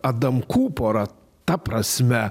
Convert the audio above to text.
adamkų pora ta prasme